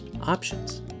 Options